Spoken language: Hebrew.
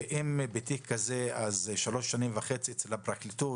ואם תיק כזה ממתין שלוש שנים וחצי אצל הפרקליטות